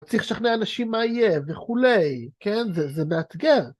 צריך לשכנע אנשים מה יהיה וכולי, כן? זה מאתגר.